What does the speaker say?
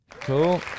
Cool